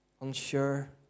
unsure